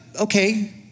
okay